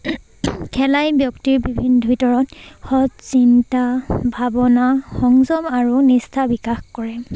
খেলাই ব্যক্তিৰ বিভিন্ন ভিতৰত সৎ চিন্তা ভাৱনা সংযম আৰু নিষ্ঠা বিকাশ কৰে